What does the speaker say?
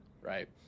right